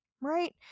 Right